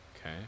okay